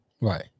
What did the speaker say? Right